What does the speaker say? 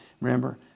Remember